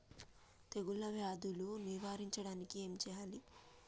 తెగుళ్ళ వ్యాధులు నివారించడానికి ఏం చేయాలి?